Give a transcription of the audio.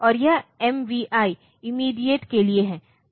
और यह MVI immediate के लिए है